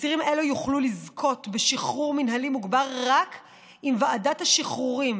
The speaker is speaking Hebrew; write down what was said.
אסירים אלו יוכלו לזכות בשחרור מינהלי מוגבר רק אם ועדת השחרורים,